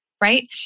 right